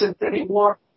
anymore